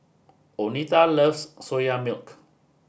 Oneta loves soya milk